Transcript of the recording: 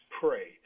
pray